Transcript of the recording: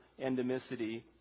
endemicity